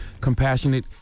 compassionate